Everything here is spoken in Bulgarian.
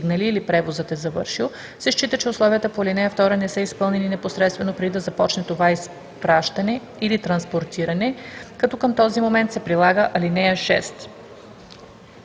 счита, че условията по ал. 2 не са изпълнени непосредствено преди да започне това изпращане или транспортиране, като към този момент се прилага ал. 6.